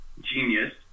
genius